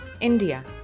India